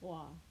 !whoa!